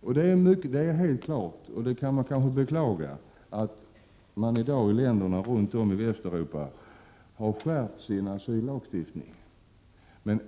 Det är helt klart — och det kan man kanske beklaga — att länderna runt om i Västeuropa har skärpt sin asyllagstiftning.